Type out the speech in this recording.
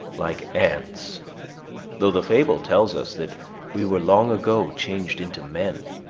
like ants though the fable tells us that we were long ago changed into men